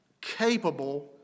capable